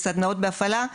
בסדנאות בהפעלה,